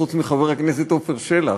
חוץ מחבר הכנסת עפר שלח,